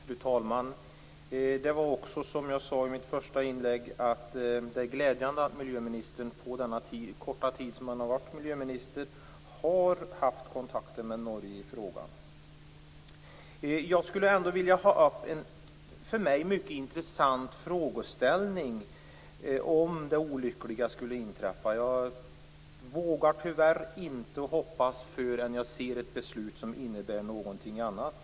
Fru talman! Det är också, som jag sade i mitt första inlägg, glädjande att miljöministern på den korta tid som han har varit miljöminister har haft kontakter med Norge i frågan. Jag skulle ändå vilja ta upp en för mig mycket intressant frågeställning som gäller om det olyckliga skulle inträffa. Jag vågar tyvärr inte hoppas förrän jag ser ett beslut som innebär någonting annat.